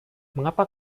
mengapa